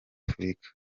afurika